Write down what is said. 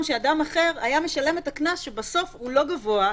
שאדם אחר היה משלם את הקנס שהוא לא גבוה,